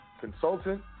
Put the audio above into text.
consultant